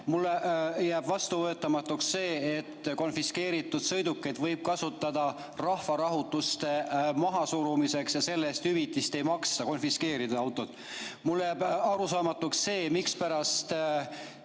Mulle jääb vastuvõetamatuks see, et konfiskeeritud sõidukeid võib kasutada rahvarahutuste mahasurumiseks ja selle eest hüvitist ei maksta, kui konfiskeerida autod. Mulle jääb arusaamatuks, mispärast